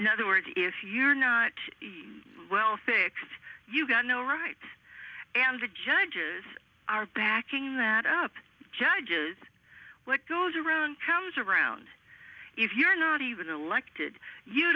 in other words if you're not well fixed you got no right answer judges are backing that up judges what goes around comes around if you're not even elected you